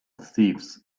thieves